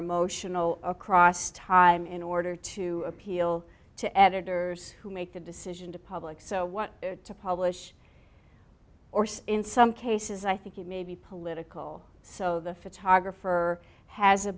emotional across time in order to appeal to editors who make the decision to public so what to publish or in some cases i think it may be political so the photographer has a